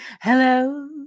hello